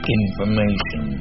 information